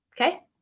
Okay